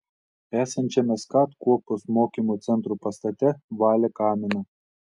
esančiame skat kuopos mokymo centro pastate valė kaminą